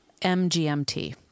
MGMT